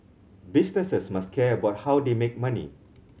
businesses must care about how they make money